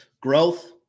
growth